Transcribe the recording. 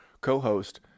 co-host